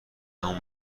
همون